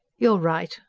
you're right.